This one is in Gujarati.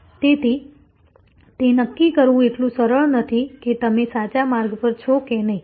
તેથી તે નક્કી કરવું એટલું સરળ નથી કે તમે સાચા માર્ગ પર છો કે નહીં